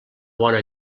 bona